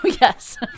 Yes